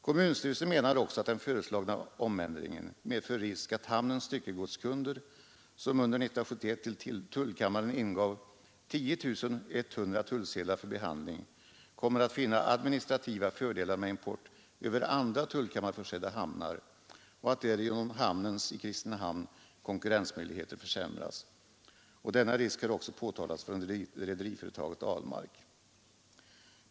Kommunstyrelsen menar också att den föreslagna omändringen medför risk att hamnens styckegodskunder, som under 1971 till tullkammaren ingav 10 100 tullsedlar för behandling, kommer att vinna administrativa fördelar med import över andra tullkammarförsedda hamnar och att därigenom hamnens i Kristinehamn konkurrensmöjligheter försämras. Denna risk har också påtalats av rederiföretaget Ahlmark.